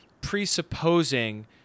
presupposing